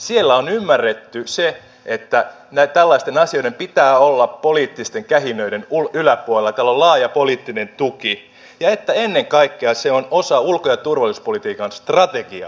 siellä on ymmärretty se että tällaisten asioiden pitää olla poliittisten kähinöiden yläpuolella tällä on laaja poliittinen tuki ja että ennen kaikkea se on osa ulko ja turvallisuuspolitiikan strategiaa